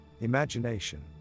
Imagination